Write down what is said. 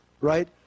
Right